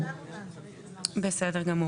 בסדר גמור.